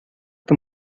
que